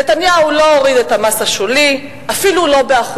נתניהו לא הוריד את המס השולי אפילו לא ב-1%.